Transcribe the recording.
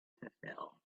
fulfill